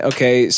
Okay